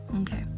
okay